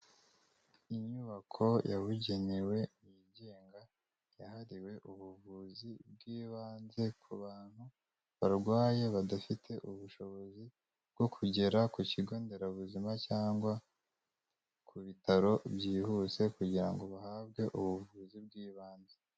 Inyubako yabugenewe yigenga, yahariwe ubuvuzi bw'ibanze ku bantu barwaye badafite ubushobozi bwo kugera ku kigo nderabuzima, cyangwa ku bitaro byihuse kugira ngo bahabwe ubuvuzi bw'ibanze.